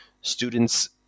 students